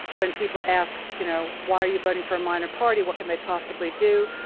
when people ask you know why are you voting for a minor party, what can they possibly do?